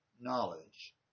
knowledge